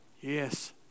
Yes